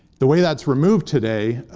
the way that's removed today,